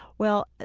well,